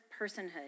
personhood